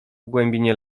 głębinie